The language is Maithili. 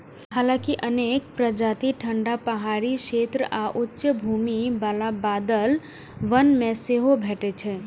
हालांकि अनेक प्रजाति ठंढा पहाड़ी क्षेत्र आ उच्च भूमि बला बादल वन मे सेहो भेटै छै